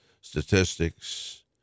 statistics